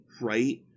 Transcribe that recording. right